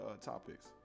topics